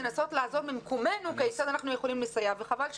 לנסות לעזור ממקומנו כיצד אנחנו יכולים לסייע וחבל שכך.